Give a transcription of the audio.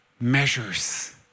measures